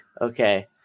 Okay